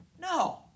No